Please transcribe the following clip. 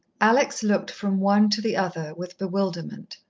alex looked from one to the other with bewilderment.